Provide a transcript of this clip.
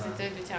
ah